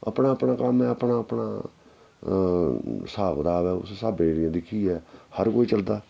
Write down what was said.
अपना अपना कम्म ऐ अपना अपना स्हाब कताब ऐ उस स्हाबा दा दिक्खियै हर कोई चलदा